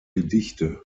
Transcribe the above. gedichte